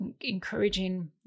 encouraging